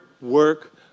work